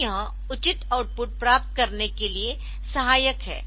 तो यह उचित आउटपुट प्राप्त करने के लिए सहायक है